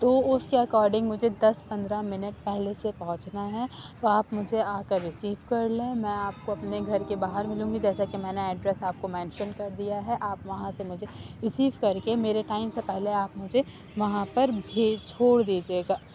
تو اُس کے اکارڈنگ مجھے دس پندرہ منٹ پہلے سے پہچنا ہے تو آپ مجھے آکر ریسیو کر لیں میں آپ کو اپنے گھر کے باہر ملوں گی جیسا کہ میں نے ایڈریس آپ کو مینشن کر دیا ہے آپ وہاں سے مجھے ریسیو کر کے میرے ٹائم سے پہلے آپ مجھے وہاں پر بھیج چھوڑ دیجیے گا